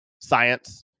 science